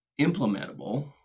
implementable